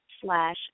slash